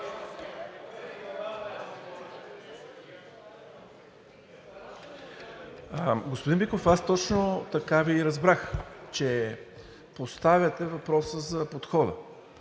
Господин Биков, аз точно така и Ви разбрах, че поставяте въпроса за подхода.